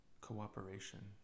cooperation